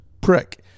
prick